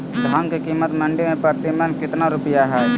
धान के कीमत मंडी में प्रति मन कितना रुपया हाय?